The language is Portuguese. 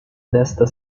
desta